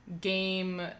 game